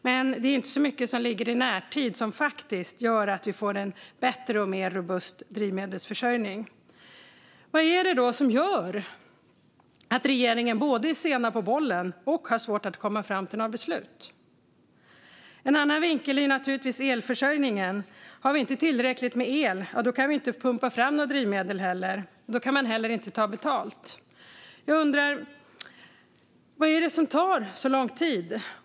Men det är inte så mycket som ligger i närtid och som faktiskt gör att vi får en bättre och mer robust drivmedelsförsörjning. Vad är det som gör att regeringen både är sen på bollen och har svårt att komma fram till några beslut? En annan vinkel är naturligtvis elförsörjningen. Har vi inte tillräckligt med el kan vi inte pumpa fram något drivmedel. Då kan man heller inte ta betalt. Vad är det som tar så lång tid?